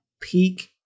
peak